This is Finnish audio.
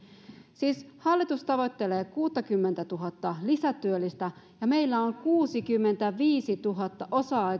siis hallitus tavoittelee kuuttakymmentätuhatta lisätyöllistä ja meillä on kuusikymmentäviisituhatta